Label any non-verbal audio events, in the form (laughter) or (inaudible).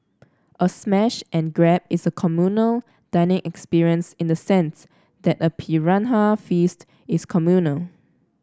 a smash and grab is a (unintelligible) dining experience in the sense that a piranha feast is communal